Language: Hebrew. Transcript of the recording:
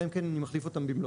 אלא אם כן אני מחליף אותן במלואן.